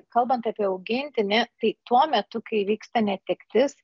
kalbant apie augintinį tai tuo metu kai vyksta netektis